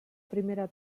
primera